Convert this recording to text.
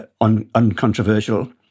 uncontroversial